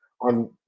on